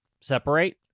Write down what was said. separate